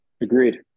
Agreed